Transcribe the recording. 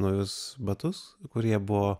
naujus batus kurie buvo